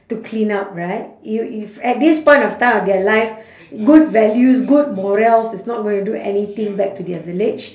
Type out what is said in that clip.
to clean up right you if at this point of time of their life good values good morals is not going to do anything back to their village